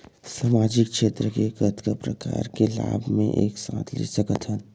सामाजिक क्षेत्र के कतका प्रकार के लाभ मै एक साथ ले सकथव?